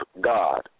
God